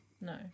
no